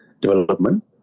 development